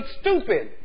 stupid